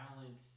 balance